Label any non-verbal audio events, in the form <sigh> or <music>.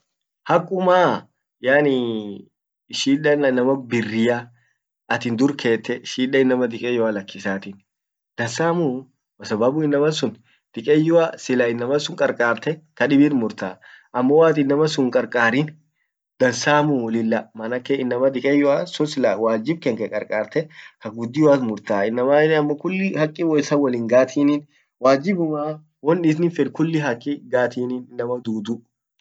hakumaa? Yaani <hesitation> shidan an inama birriah atin dur keteh shida inama dikeyyoa lakisatin. Dansamuu kwasababu inaman sun dikeyyoa sila inaman sun qarqarte kadibir murtaa ammo waatin innama sun hinqarqarin dansamuu lilla maanake innama dikeyyoah sun sila wajib kenke qarqarte kaguddioat murtaa inama <hesitation> ammo kulli hakki woisan wolingatinin wajibumaa, won inin fed kullin haki gatini inama tutu